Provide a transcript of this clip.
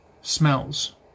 smells